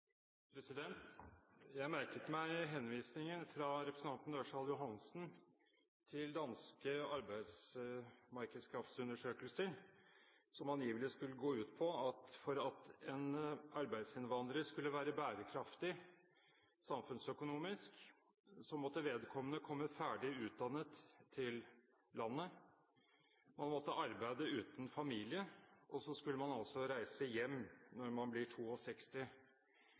Jeg merket meg henvisningen fra representanten Ørsal Johansen til danske arbeidsmarkedsundersøkelser, som angivelig skulle gå ut på at for at en arbeidsinnvandrer skulle være «bærekraftig» samfunnsøkonomisk, måtte vedkommende komme ferdig utdannet til landet, arbeide uten familie – og så skulle man altså reise hjem når man blir